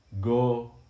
Go